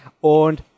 und